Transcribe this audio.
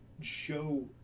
show